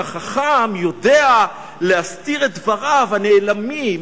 הרי חכם יודע להסתיר את דבריו הנעלמים,